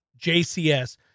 JCS